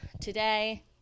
today